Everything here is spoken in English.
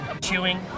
chewing